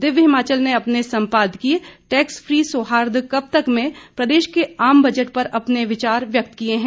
दिव्य हिमाचल ने अपने संपादकीय टैक्स फ्री सौहार्द कब तक में प्रदेश के आम बजट पर अपने विचार व्यक्त किए हैं